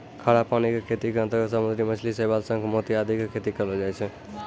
खारा पानी के खेती के अंतर्गत समुद्री मछली, शैवाल, शंख, मोती आदि के खेती करलो जाय छै